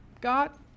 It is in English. God